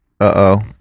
uh-oh